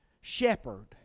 shepherd